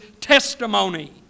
testimony